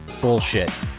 Bullshit